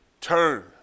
Turn